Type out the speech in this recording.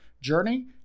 journey